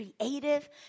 creative